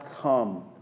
come